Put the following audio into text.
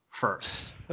first